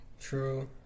True